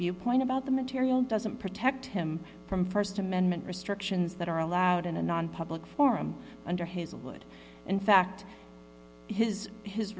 viewpoint about the material doesn't protect him from st amendment restrictions that are allowed in a non public forum under his would in fact his his